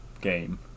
game